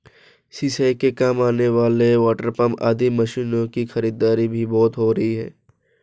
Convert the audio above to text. सिंचाई के काम आने वाले वाटरपम्प आदि मशीनों की खरीदारी भी बहुत हो रही है